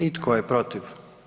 I tko je protiv?